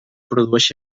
produeix